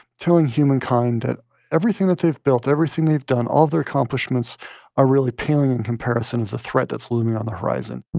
telling humankind that everything that they've built, everything they've done, all of their accomplishments are really paling in comparison of the threat that's looming on the horizon